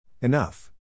Enough